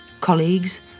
colleagues